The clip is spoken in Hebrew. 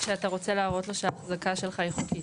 כשאתה רוצה להראות לו שההחזקה שלך היא חוקית.